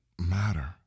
matter